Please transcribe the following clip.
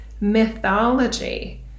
mythology